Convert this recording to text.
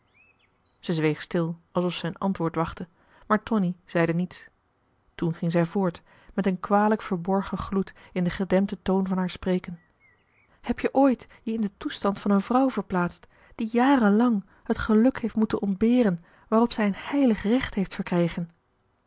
zij zweeg stil alsof zij een antwoord wachtte maar tonie zeide niets toen ging zij voort met een kwalijk verborgen gloed in den gedempten toon van haar spreken heb je ooit je in den toestand van een vrouw vermarcellus emants een drietal novellen plaatst die jaren lang het geluk heeft moeten ontberen waarop zij een heilig recht heeft verkregen